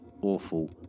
awful